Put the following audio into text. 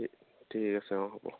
ঠিক আছে অ হ'ব